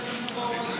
אתם תשבו באוהלים,